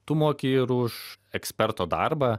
tu moki ir už eksperto darbą